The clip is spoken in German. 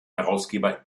herausgeber